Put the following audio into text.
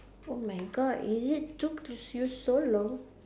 oh my god is it took to see you so long